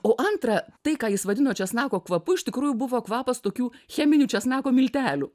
o antra tai ką jis vadino česnako kvapu iš tikrųjų buvo kvapas tokių cheminių česnako miltelių